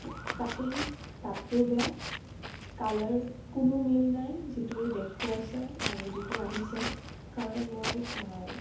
cutting তাতকৈও বেয়া colour কোনো মিল নাই যিটো দেখুৱাইছে আৰু যিটো আহিছে কাৰণ মই